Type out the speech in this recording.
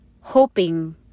hoping